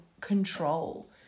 control